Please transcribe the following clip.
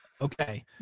Okay